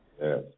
Yes